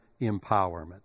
empowerment